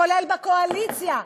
כולל בקואליציה,